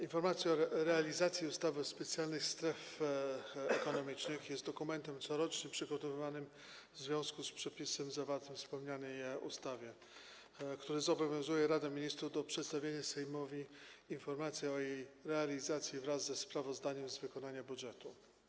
Informacja o realizacji ustawy o specjalnych strefach ekonomicznych jest dokumentem corocznie przygotowywanym w związku z przepisem zawartym we wspomnianej ustawie, który zobowiązuje Radę Ministrów do przedstawienia Sejmowi informacji o realizacji tej ustawy wraz ze sprawozdaniem z wykonania budżetu.